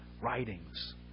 writings